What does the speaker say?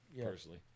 personally